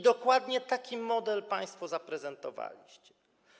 Dokładnie taki model państwo zaprezentowaliście.